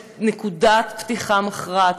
זו נקודת פתיחה מכרעת.